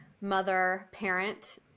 mother-parent